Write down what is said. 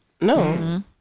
no